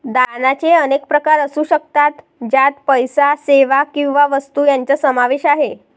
दानाचे अनेक प्रकार असू शकतात, ज्यात पैसा, सेवा किंवा वस्तू यांचा समावेश आहे